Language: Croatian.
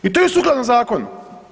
I to je sukladno zakonu.